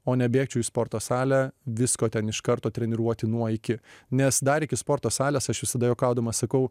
o ne bėgčiau į sporto salę visko ten iš karto treniruoti nuo iki nes dar iki sporto salės aš visada juokaudamas sakau